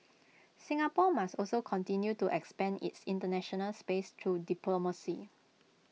Singapore must also continue to expand its International space through diplomacy